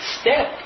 step